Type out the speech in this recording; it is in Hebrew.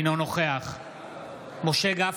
אינו נוכח משה גפני,